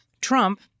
Trump